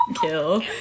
Kill